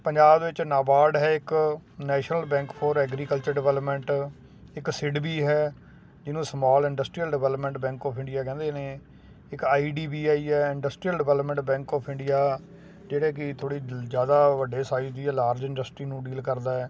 ਪੰਜਾਬ ਦੇ ਵਿੱਚ ਨਾਬਾਰਡ ਹੈ ਇੱਕ national bank for agriculture development ਇੱਕ ਸਿਡਵੀ ਹੈ ਜਿਹਨੂੰ small industrial development bank of India ਕਹਿੰਦੇ ਨੇ ਇੱਕ ਆਈ ਡੀ ਬੀ ਆਈ ਹੈ industrial development bank of India ਜਿਹੜਾ ਕਿ ਥੋੜ੍ਹੇ ਜ਼ਿਆਦਾ ਵੱਡੇ ਸਾਈਜ ਦੀ ਲਾਰਜ ਇੰਡਸਟਰੀ ਨੂੰ ਡੀਲ ਕਰਦਾ ਹੈ